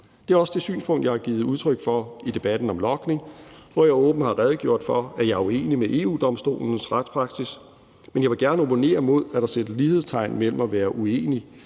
Det er også det synspunkt, jeg har givet udtryk for i debatten om logning, hvor jeg åbent har redegjort for, at jeg er uenig med EU-Domstolens retspraksis, men jeg vil gerne opponere mod, at der sættes lighedstegn mellem at være uenig